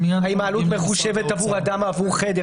האם העלות מחושבת עבור אדם או עבור חדר,